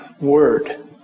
word